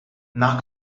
nach